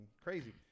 crazy